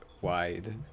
wide